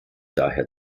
daher